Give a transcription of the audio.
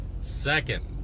second